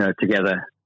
together